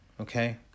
okay